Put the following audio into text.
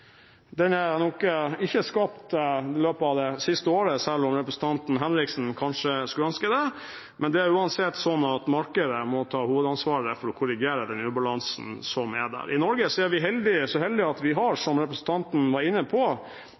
Den er nok ikke skapt i løpet av det siste året, selv om representanten Henriksen kanskje skulle ønske det, men det er uansett sånn at markedet må ta hovedansvaret for å korrigere den ubalansen som er der. I Norge er vi så heldige at vi har, som representanten var inne på,